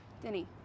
Denny